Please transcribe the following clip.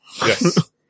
Yes